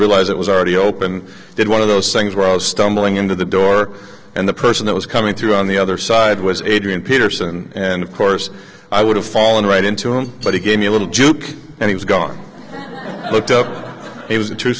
realize it was already open and did one of those things where i was stumbling into the door and the person that was coming through on the other side was adrian peterson and of course i would have fallen right into him but he gave me a little juke and he was gone i looked up it was a true